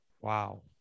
Wow